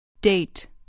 Date